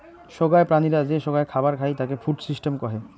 সোগায় প্রাণীরা যে সোগায় খাবার খাই তাকে ফুড সিস্টেম কহে